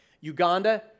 Uganda